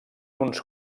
uns